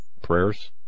prayers